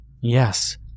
Yes